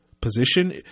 position